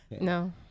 No